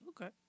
okay